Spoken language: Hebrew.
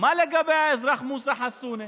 מה לגבי האזרח מוסא חסונה,